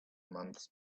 months